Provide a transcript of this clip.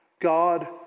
God